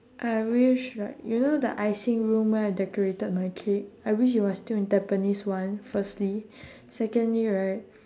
I wish right you know the icing room where I decorated my cake I wish it was still at tampines one firstly secondly right